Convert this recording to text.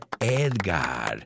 Edgar